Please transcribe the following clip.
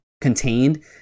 contained